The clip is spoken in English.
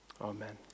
amen